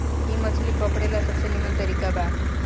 इ मछली पकड़े ला सबसे निमन तरीका बा